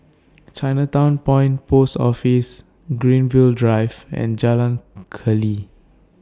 Chinatown Point Post Office Greenfield Drive and Jalan Keli